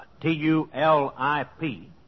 T-U-L-I-P